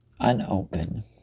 Unopen